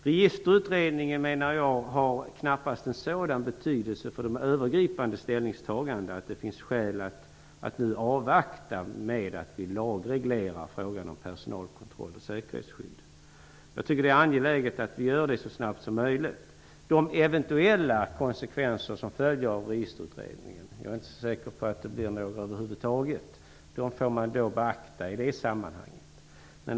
Registerutredningen, menar jag, har knappast en sådan betydelse för de övergripande ställningstagandena att det finns skäl att nu avvakta med att i lag reglera frågan om personalkontroll och säkerhetsskydd. Jag tycker det är angeläget att vi gör det så snart som möjligt. De eventuella konsekvenser som följer av Registerutredningen - jag är inte säker på att det blir några över huvud taget - får man då beakta i det sammanhanget.